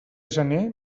gener